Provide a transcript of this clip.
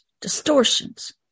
distortions